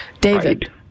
david